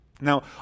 Now